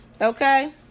Okay